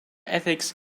ethics